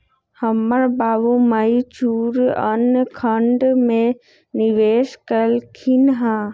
हमर बाबू mutual fund में निवेश कलखिंन्ह ह